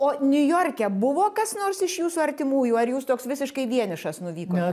o niujorke buvo kas nors iš jūsų artimųjų ar jūs toks visiškai vienišas nuvykot